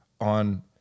on